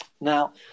Now